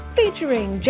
featuring